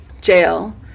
Jail